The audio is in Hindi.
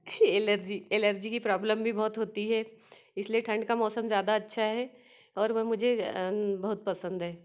एलर्जी एलर्जी की प्रोब्लम भी बहुत होती है इसलिए ठंड का मौसम ज्यादा अच्छा है और वह मुझे बहुत पसंद है